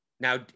Now